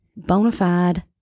Bonafide